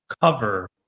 cover